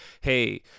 Hey